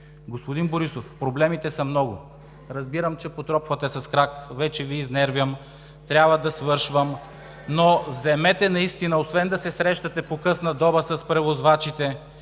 Господин Борисов, проблемите са много. Разбирам, че потропвате с крак – вече Ви изнервям, трябва да свършвам (оживление в ГЕРБ), но освен да се срещате по късна доба с превозвачите,